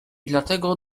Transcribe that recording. dlatego